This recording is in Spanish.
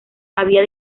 había